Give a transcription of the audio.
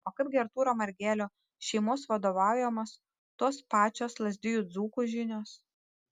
o kaip gi artūro margelio šeimos vadovaujamos tos pačios lazdijų dzūkų žinios